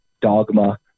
dogma